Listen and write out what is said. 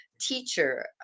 teacher